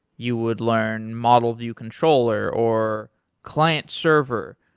you would learn model view controller, or client server.